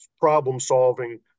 problem-solving